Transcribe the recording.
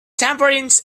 tambourines